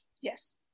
Yes